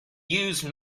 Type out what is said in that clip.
use